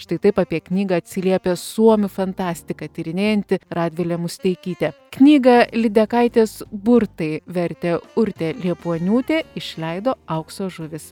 štai taip apie knygą atsiliepė suomių fantastiką tyrinėjanti radvilė musteikytė knygą lydekaitės burtai vertė urtė liepuoniūtė išleido aukso žuvys